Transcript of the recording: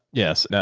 yes. yeah